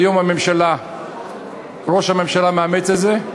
כיום הממשלה, ראש הממשלה מאמץ את זה.